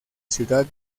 ciudad